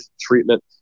treatment